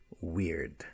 Weird